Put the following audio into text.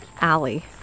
alley